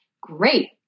great